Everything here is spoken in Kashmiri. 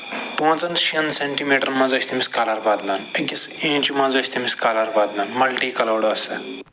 پانٛژَن شیٚن سینٹی میٖٹرَن منٛز ٲسۍ تٔمِس کلر بدلان أکِس اِنچ منٛز ٲسۍ تٔمِس کلر بدلان مَلٹی کَلٲرڈ ٲسۍ سۄ